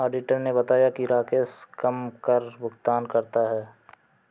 auditor ने बताया कि राकेश कम कर भुगतान करता है